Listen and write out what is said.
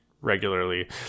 regularly